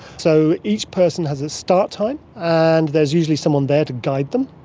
so each person has a start time, and there's usually someone there to guide them,